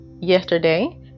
yesterday